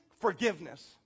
Forgiveness